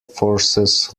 forces